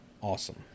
awesome